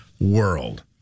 world